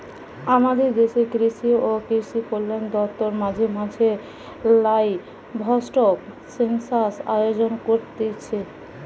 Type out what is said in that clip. আমদের দেশের কৃষি ও কৃষিকল্যান দপ্তর মাঝে মাঝে লাইভস্টক সেনসাস আয়োজন করতিছে